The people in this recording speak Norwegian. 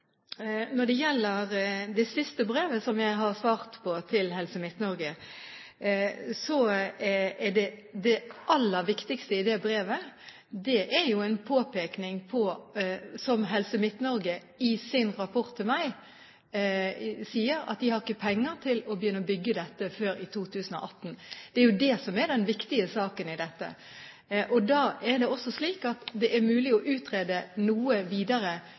Når det gjelder det siste brevet som jeg har svart på til Helse Midt-Norge: Det aller viktigste i det brevet er en påpekning av det som Helse Midt-Norge sier i sin rapport til meg, at de ikke har penger til å begynne å bygge dette før i 2018. Det er jo dét som er den viktige saken i dette. Da er det også slik at det er mulig å utrede noe videre